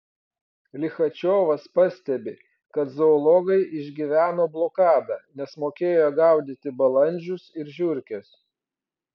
lichačiovas pastebi kad zoologai išgyveno blokadą nes mokėjo gaudyti balandžius ir žiurkes